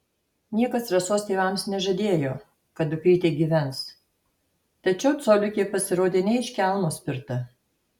niekas rasos tėvams nežadėjo kad dukrytė gyvens tačiau coliukė pasirodė ne iš kelmo spirta